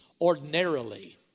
ordinarily